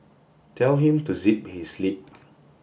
tell him to zip his lip